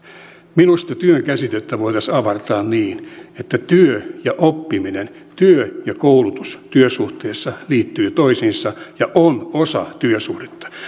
minusta työn käsitettä voitaisiin avartaa niin että työ ja oppiminen työ ja koulutus työsuhteessa liittyvät toisiinsa ja ovat osa työsuhdetta yksi tällainen ajatus olisi että